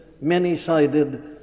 many-sided